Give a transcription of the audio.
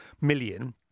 million